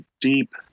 deep